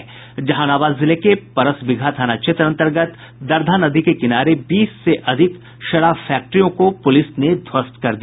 जहानाबाद जिले के परसबिगहा थाना क्षेत्र अंतर्गत दरधा नदी के किनारे बीस से अधिक शराब फैक्ट्रियों को पुलिस ने ध्वस्त कर दिया